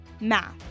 math